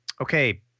Okay